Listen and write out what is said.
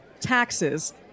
Taxes